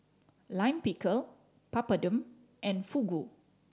Lime Pickle Papadum and Fugu